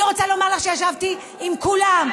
אני רוצה לומר לך שישבתי עם כולם,